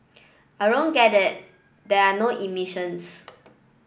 I don't get it there are no emissions